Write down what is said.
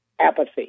apathy